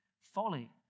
folly